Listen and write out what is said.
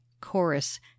chorus